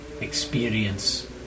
experience